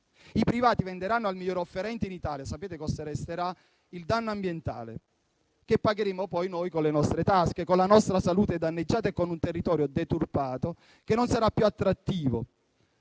i privati venderanno al miglior offerente in Italia. Sapete cosa resterà? Il danno ambientale, che pagheremo poi noi con le nostre tasche, la nostra salute danneggiata e un territorio deturpato che non sarà più attrattivo.